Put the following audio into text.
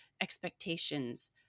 expectations